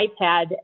iPad